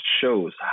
shows